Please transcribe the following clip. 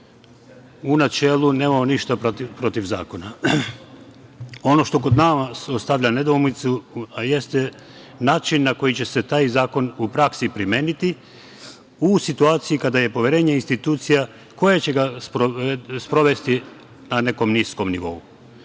U načelu nemamo ništa protiv zakona. Ono što kod nas ostavlja nedoumicu, a jeste način na koji će se taj zakon u praksi primeniti u situaciji kada je poverenje institucija koje će ga sprovesti, na nekom niskom nivou.